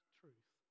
truth